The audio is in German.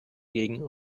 gegen